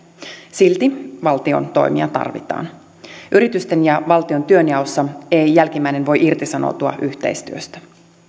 silti valtion toimia tarvitaan yritysten ja valtion työnjaossa ei jälkimmäinen voi irtisanoutua yhteistyöstä